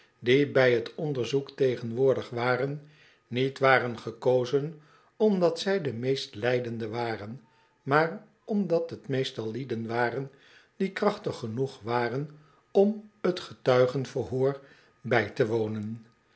die bij t onderzoek tegenwoordig waren niet waren gekozen omdat zij de meest lijdende waren maar omdat t meestal lieden waren die krachtig genoeg waren om t getuigenverhoor bij te wonen